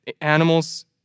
animals